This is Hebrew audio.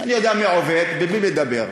אני יודע מי עובד ומי מדבר.